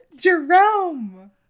Jerome